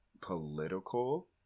political